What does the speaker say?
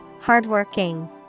Hardworking